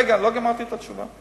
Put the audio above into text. רגע, לא גמרתי את התשובה.